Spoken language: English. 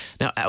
Now